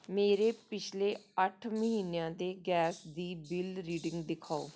ਮੇਰੇ ਪਿਛਲੇ ਅੱਠ ਮਹੀਨਿਆਂ ਦੇ ਗੈਸ ਦੀ ਬਿਲ ਰੀਡਿੰਗ ਦਿਖਾਓ